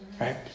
right